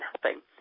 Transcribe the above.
helping